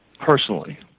personally